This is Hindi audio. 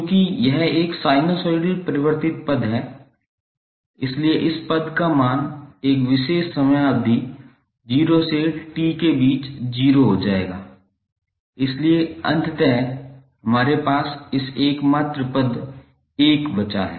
चूंकि यह एक साइनोसॉइडल परिवर्तित पद है इसलिए इस पद का मान एक विशेष समयावधि 0 से T के बीच 0 हो जाएगा इसलिए अंततः हमारे पास इस एकमात्र पद 1 बचा है